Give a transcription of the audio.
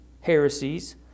heresies